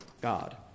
God